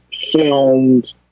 filmed